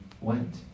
went